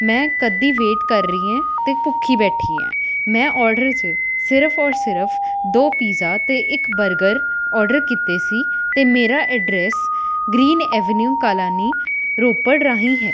ਮੈਂ ਕੱਦੀ ਵੇਟ ਕਰ ਰਹੀ ਹੈ ਅਤੇ ਭੁੱਖੀ ਬੈਠੀ ਹਾਂ ਮੈਂ ਔਡਰ 'ਚ ਸਿਰਫ਼ ਔਰ ਸਿਰਫ਼ ਦੋ ਪੀਜ਼ਾ ਅਤੇ ਇੱਕ ਬਰਗਰ ਔਡਰ ਕੀਤੇ ਸੀ ਅਤੇ ਮੇਰਾ address green avenue colony Ropar ਰਾਹੀਂ ਹੈ